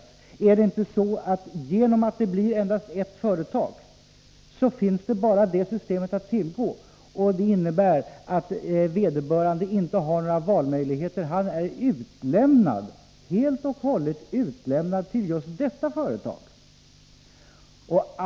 för bostadslån till Är det inte så, att eftersom det blir endast ett företag, finns bara detta vissa nybyggda system att tillgå. Det innebär att den enskilde inte har några valmöjligheter, utan han är helt och hållet utlämnad till just detta företag.